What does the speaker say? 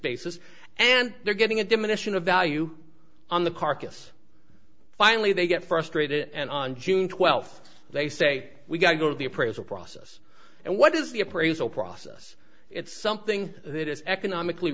basis and they're getting a diminishing of value on the carcass finally they get frustrated and on june twelfth they say we've got to go to the appraisal process and what is the appraisal process it's something that is economically